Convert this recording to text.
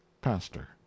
Pastor